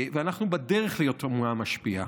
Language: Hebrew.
ואנחנו בדרך להיות אומה משפיעה.